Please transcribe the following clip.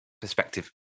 perspective